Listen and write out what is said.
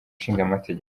nshingamategeko